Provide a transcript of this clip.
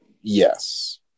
Yes